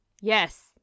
Yes